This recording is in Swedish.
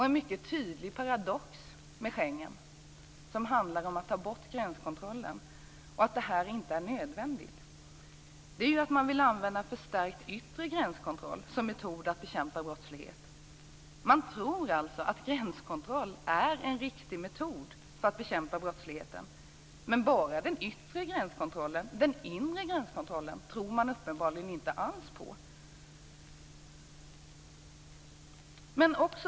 En mycket tydlig paradox med Schengen, som handlar om att ta bort gränskontrollen därför att den inte är nödvändig, är att man vill använda en förstärkt yttre gränskontroll som metod att bekämpa brottslighet. Man tror alltså att gränskontroll är en riktig metod för att bekämpa brottsligheten, men det gäller bara den yttre gränskontrollen. Den inre gränskontrollen tror man uppenbarligen inte alls på.